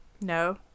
No